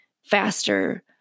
faster